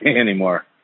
anymore